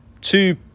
two